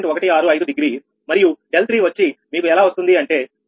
165 degree మరియు 𝛿3 వచ్చి మీకు ఎలా వస్తుంది అంటే −3